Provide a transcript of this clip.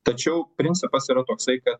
tačiau principas yra toksai kad